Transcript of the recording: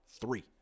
Three